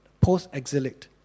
post-exilic